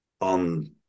on